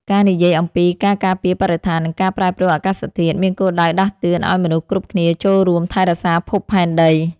ការនិយាយអំពី ការការពារបរិស្ថាន និងការប្រែប្រួលអាកាសធាតុ មានគោលដៅដាស់តឿនឱ្យមនុស្សគ្រប់គ្នាចូលរួមថែរក្សាភពផែនដី។